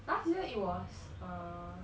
last year it was err